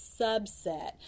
subset